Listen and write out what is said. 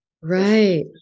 Right